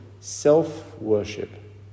self-worship